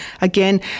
again